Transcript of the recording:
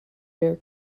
bear